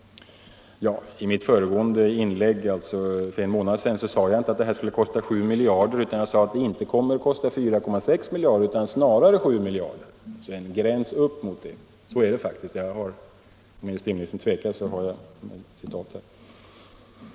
I mitt inlägg för en månad sedan sade jag inte att det skulle kosta 7 miljarder, utan jag sade att det inte kommer att kosta 4,6 miljarder utan snarare 7 miljarder — alltså en gräns upp mot det beloppet. Så är det faktiskt; jag har citatet här om industriministern tvivlar.